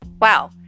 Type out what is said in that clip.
wow